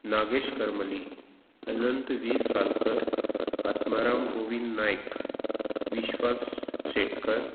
Nagesh Karmali Anant V Salkar Atmaram Govind Naik Vishwas Shetkar